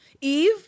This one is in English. Eve